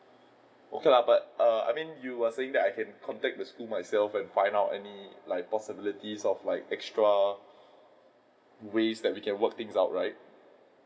okay lah but err I mean you were saying that I can contact the school myself and find out any like possibilities of like extra ways that we can work things out right